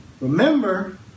Remember